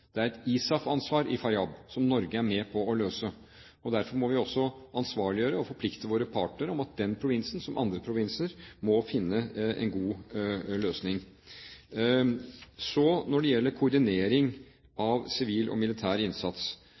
Det er et ISAF-ansvar i Faryab som Norge er med på å løse. Derfor må vi også ansvarliggjøre og forplikte våre partnere med hensyn til at den provinsen, som andre provinser, må finne en god løsning. Når det gjelder koordinering av sivil og militær innsats,